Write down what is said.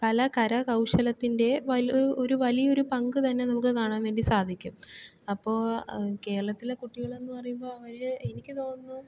കല കരകൗശലത്തിൻ്റെ വലിയ ഒരു വലിയൊരു പങ്കുതന്നെ നമുക്ക് കാണാൻ വേണ്ടി സാധിക്കും അപ്പോൾ കേരളത്തിലെ കുട്ടികളെന്ന് പറയുമ്പോൾ ഒര് എനിക്കു തോന്നുന്നു